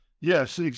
Yes